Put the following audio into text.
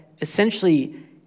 essentially